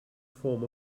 form